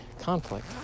conflict